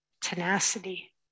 tenacity